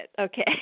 okay